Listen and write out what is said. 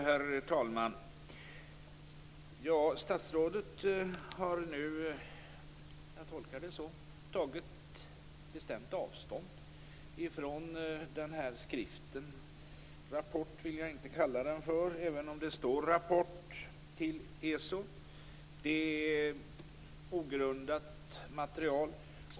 Herr talman! Jag tolkar det så att statsrådet har tagit bestämt avstånd från skriften. Jag vill inte kalla den för en rapport, även om det står Rapport till ESO. Det är ogrundat material.